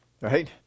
Right